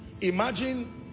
Imagine